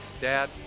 Dad